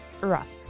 rough